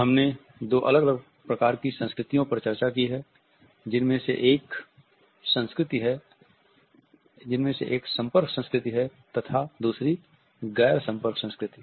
हमने दो अलग अलग प्रकार की संस्कृतियों पर चर्चा की है जिनमे से एक संपर्क संस्कृति है तथा दूसरी गैर संपर्क संस्कृति